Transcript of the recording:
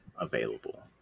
available